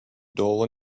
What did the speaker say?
dull